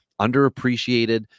Underappreciated